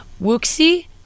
Wuxi